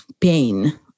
pain